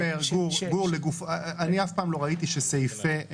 גור, אני אף פעם לא ראיתי שסעיפי מימוש,